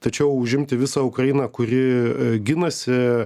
tačiau užimti visą ukrainą kuri ginasi